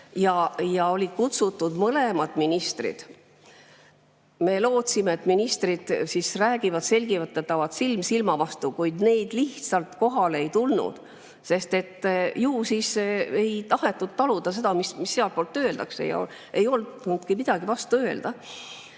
ja olid kutsutud mõlemad ministrid. Me lootsime, et ministrid räägivad, selgitavad silm silma vastu, kuid nad lihtsalt ei tulnud kohale. Ju siis ei tahetud taluda seda, mis sealtpoolt öeldakse, ja ei olnudki midagi vastu öelda.